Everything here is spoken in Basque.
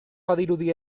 badirudi